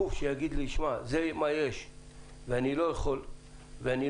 גוף שיגיד לי שזה מה יש ואני לא יכול לשנות